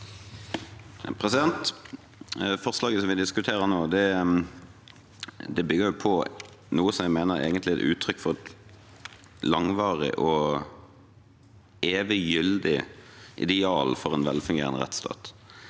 leder): For- slaget vi diskuterer nå, bygger på noe som jeg mener egentlig er et uttrykk for et langvarig og evig gyldig ideal for en velfungerende rettsstat.